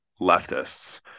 leftists